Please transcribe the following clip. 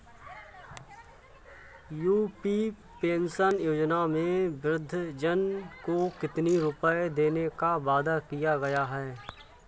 UP pension योजना में वृद्धजन को कितनी रूपये देने का वादा किया गया है?